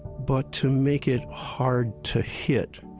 but to make it hard to hit.